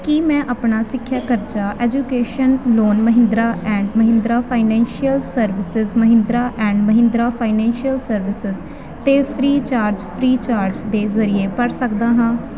ਕੀ ਮੈਂ ਆਪਣਾ ਸਿੱਖਿਆ ਕਰਜ਼ਾ education loan Mahindra and Mahindra financial services Mahindra and Mahindra financial services 'ਤੇ ਫ੍ਰੀਚਾਰਜ ਫ੍ਰੀਚਾਰਜ ਦੇ ਜ਼ਰੀਏ ਭਰ ਸਕਦਾ ਹਾਂ